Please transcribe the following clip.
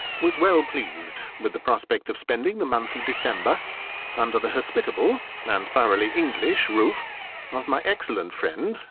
was well pleased with the prospect of spending the month of december under the hospitable and thoroughly english roof of my excellent friend,